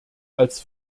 als